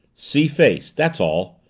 see face that's all,